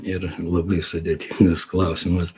ir labai sudėtingas klausimas